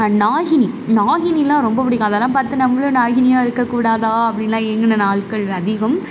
நாகினி நாகினியெலாம் ரொம்ப பிடிக்கும் அதெல்லாம் பார்த்து நம்மளும் நாகினியாக இருக்கக்கூடாதா அப்படின்லாம் ஏங்கின நாட்கள் அதிகம்